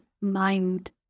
mind